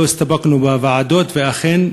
לא הסתפקנו בוועדות, ואכן,